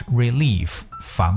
relief